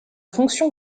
fonction